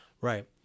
Right